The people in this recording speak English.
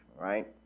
Right